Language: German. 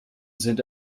sind